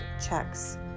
checks